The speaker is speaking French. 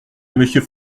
monsieur